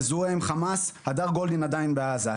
מזוהה עם חמאס הדר גולדין עדין בעזה,